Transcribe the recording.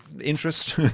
interest